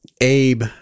Abe